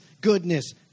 goodness